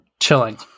chilling